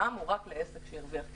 מע"מ הוא רק לעסק שהרוויח כסף.